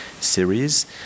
series